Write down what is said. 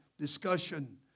discussion